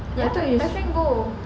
ya I thought is